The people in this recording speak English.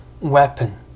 weapon